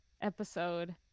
episode